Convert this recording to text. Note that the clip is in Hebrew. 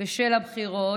בשל הבחירות.